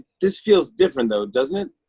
this feels different, though, doesn't it,